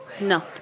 No